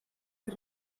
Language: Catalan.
que